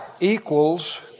equals